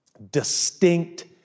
distinct